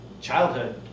childhood